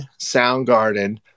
Soundgarden